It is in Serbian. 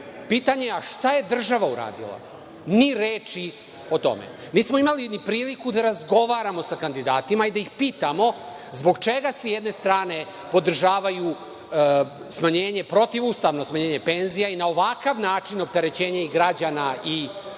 Pitanje je šta je država uradila? Ni reči o tome. Nismo imali ni priliku da razgovaramo sa kandidatima i da ih pitamo zbog čega s jedne strane podržavaju smanjenje penzija i na ovakav način opterećenje i građana i